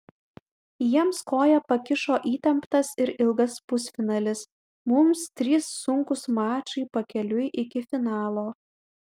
jiems koją pakišo įtemptas ir ilgas pusfinalis mums trys sunkūs mačai pakeliui iki finalo